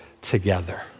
together